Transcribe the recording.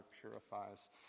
purifies